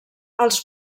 els